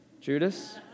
Judas